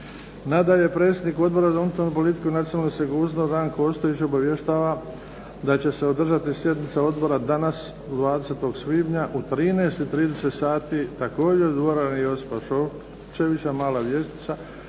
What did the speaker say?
Nadalje, predsjednik Odbora za unutarnju politiku i nacionalnu sigurnost Ranko Ostojić obavještava da će se održati sjednica Odbora danas 20. svibnja u 13,30 sati također u dvorani Josipa Šokčevića umjesto